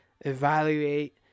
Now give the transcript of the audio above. Evaluate